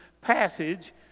passage